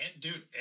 dude